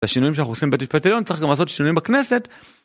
לשינויים שאנחנו עושים בבית משפט עליון צריך גם לעשות שינויים בכנסת